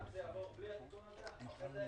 גם אם החוק יעבור בלי התיקון הזה --- אחרי זה,